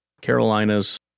Carolinas